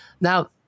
Now